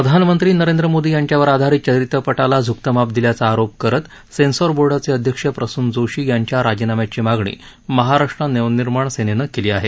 प्रधानमंत्री नरेंद्र मोदी यांच्यावर आधारित चरित्रपटाला झुकतं माप दिल्याचा आरोप करत सेन्सॉर बोर्डाचे अध्यक्ष प्रसून जोशी यांच्या राजीनाम्याची मागणी महाराष्ट्र नवनिर्माण सेनेनं केली आहे